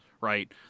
Right